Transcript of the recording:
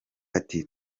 ati